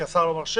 כי השר לא מרשה,